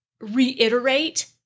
reiterate